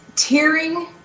Tearing